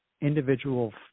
individual